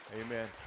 Amen